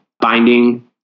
binding